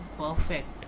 perfect